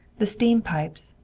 the steam pipes,